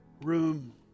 room